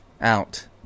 out